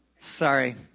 sorry